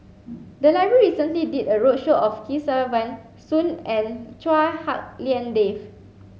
the library recently did a roadshow of Kesavan Soon and Chua Hak Lien Dave